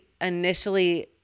initially